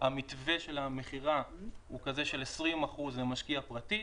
המתווה של המכירה הוא כזה של 20% למשקיע פרטי,